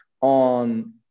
on